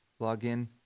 login